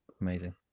amazing